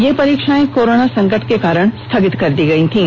ये परीक्षाएं कोरोना संकट के कारण स्थगित की गई थीं